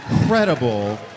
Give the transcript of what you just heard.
incredible